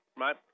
right